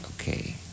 okay